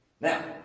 Now